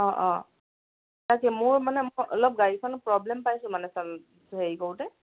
অঁ অঁ তাকে মোৰ মানে মই অলপ গাড়ীখন প্ৰব্লেম পাইছোঁ মানে চ হেৰি কৰোঁতে